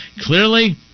Clearly